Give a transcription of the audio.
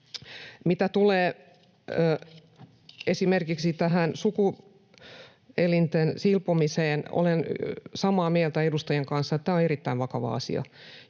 Mitä tulee esimerkiksi tähän sukuelinten silpomiseen, olen samaa mieltä edustajan kanssa, että tämä on erittäin vakava asia.